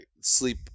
sleep